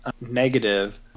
negative